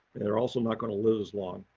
they're also not going to live as long.